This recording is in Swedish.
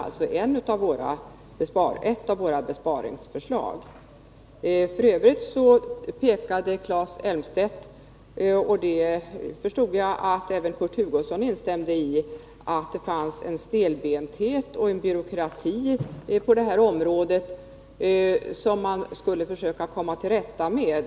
F. ö. pekade Claes Elmstedt på — det förstod jag att även Kurt Hugosson instämde i — att det finns en stelbenthet och en byråkrati på det här området som man borde försöka komma till rätta med.